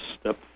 step